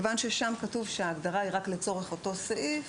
מכיוון ששם כתוב שההגדרה היא רק לצורך אותו סעיף